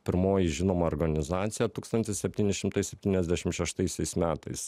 pirmoji žinoma organizacija tūkstantis septyni šimtai septyniasdešim šeštaisiais metais